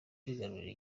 kwigarurira